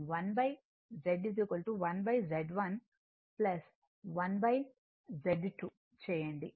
1Z Y అవుతుంది